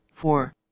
Four